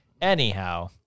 Anyhow